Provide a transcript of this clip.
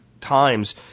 times